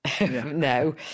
No